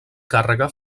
càrrega